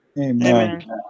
Amen